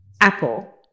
Apple